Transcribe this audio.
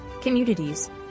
communities